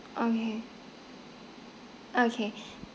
okay okay